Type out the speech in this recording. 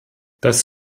das